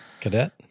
Cadet